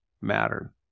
matter